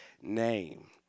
name